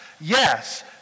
Yes